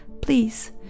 Please